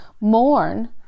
mourn